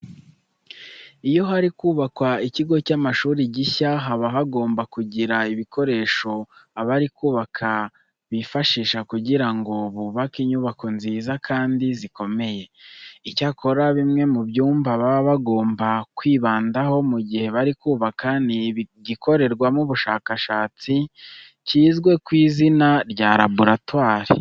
Iyo hari kubakwa ikigo cy'amashuri gishya haba hagomba kugira ibikoresho abari kubaka bifashisha kugira ngo bubake inyubako nziza kandi zikomeye. Icyakora bimwe mu byumba baba bagomba kwibandaho mu gihe bari kubaka ni igikorerwamo ubushakashatsi kizwe ku izina rya laboratwari.